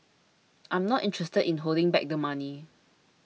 I'm not interested in holding back the money